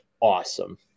awesome